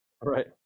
right